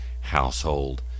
household